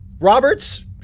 Roberts